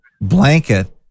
blanket